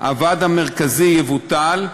הוועד המרכזי יבוטל,